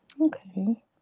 Okay